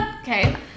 okay